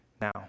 now